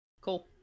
Cool